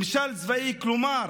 ממשל צבאי, כלומר